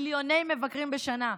מיליוני מבקרים בשנה.